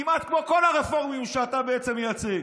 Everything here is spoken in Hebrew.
כמעט כמו כל הרפורמים שאתה בעצם מייצג.